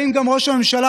גם ראש הממשלה,